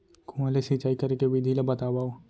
कुआं ले सिंचाई करे के विधि ला बतावव?